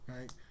Right